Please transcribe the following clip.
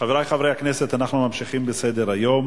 חברי חברי הכנסת, אנחנו ממשיכים בסדר-היום.